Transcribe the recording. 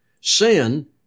Sin